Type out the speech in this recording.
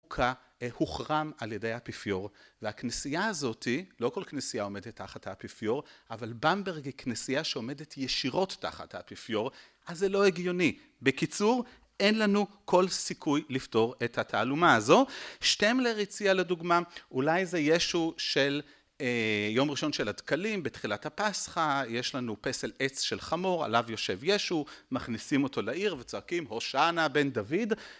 הוחרם על ידי האפיפיור, והכנסייה הזאתי, לא כל כנסייה עומדת תחת האפיפיור, אבל במברג היא כנסייה שעומדת ישירות תחת האפיפיור, אז זה לא הגיוני. בקיצור, אין לנו כל סיכוי לפתור את התעלומה הזו. שטמלר הציע לדוגמא, אולי זה ישו של יום ראשון של הדקלים, בתחילת הפסחא, יש לנו פסל עץ של חמור עליו יושב ישו, מכניסים אותו לעיר וצועקים הושענה בן דוד